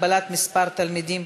הגבלת מספר תלמידים,